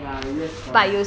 ya the U_S economy